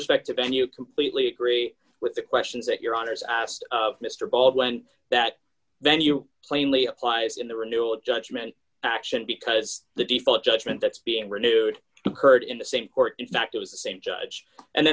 respect to venue completely agree with the questions that your honour's asked of mr baldwin that venue plainly applies in the renewal of judgment action because the default judgment that's being renewed occurred in the same court in fact it was the same judge and